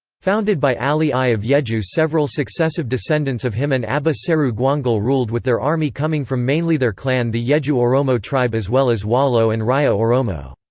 founded by ali i of yejju several successive descendants of him and abba seru gwangul ruled with their army coming from mainly their clan the yejju oromo tribe as well as wollo and raya oromo.